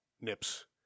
nips